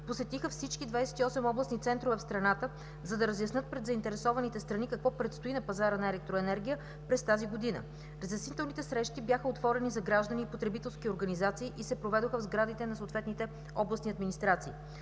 посетиха всички 28 областни центрове в страната, за да разяснят пред заинтересованите страни какво предстои на пазара на електроенергия през тази година. Разяснителните срещи бяха отворени за граждани и потребителски организации и се проведоха в сградите на съответните областни администрации.